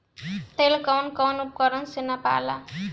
तेल कउन कउन उपकरण से नापल जाला?